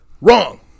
Wrong